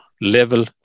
level